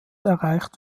erreicht